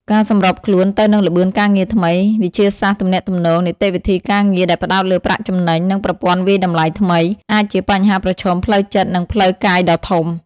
ការសម្របខ្លួនទៅនឹងល្បឿនការងារថ្មី វិធីសាស្រ្តទំនាក់ទំនង នីតិវិធីការងារដែលផ្តោតលើប្រាក់ចំណេញ និងប្រព័ន្ធវាយតម្លៃថ្មី អាចជាបញ្ហាប្រឈមផ្លូវចិត្ត និងផ្លូវកាយដ៏ធំ។